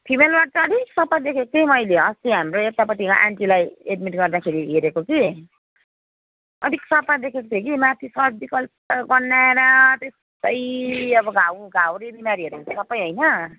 female ward त अलिक सफा देखेको थिएँ मैले अस्ति हाम्रो यतापट्टिको आन्टीलाई एड्मिट गर्दाखेरि हेरेको कि अलिक सफा देखेको थिएँ कि माथि सर्जिकल त गन्हाएर त्यस्तै अब घाउ घाउरे बिमारीहरू हुन्छ सबै होइन